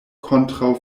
kontraŭ